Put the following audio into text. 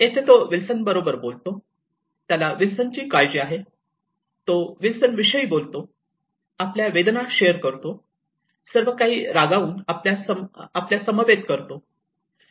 येथे तो विल्सन बरोबर बोलतो त्याला विल्सनची काळजी आहे तो विल्सनविषयी बोलतो तो आपल्या वेदना शेअर करतो सर्वकाही रागावून आपल्यासमवेत करतो